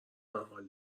حال